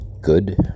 good